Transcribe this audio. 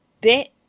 bit